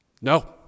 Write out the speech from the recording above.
no